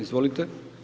Izvolite.